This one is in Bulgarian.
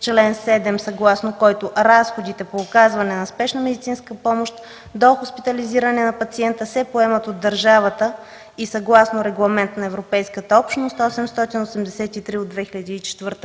чл. 7, съгласно който разходите по оказване на спешна медицинска помощ до хоспитализиране на пациента се поемат от държавата и съгласно Регламент № 883/2004 на Европейската